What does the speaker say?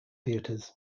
theatres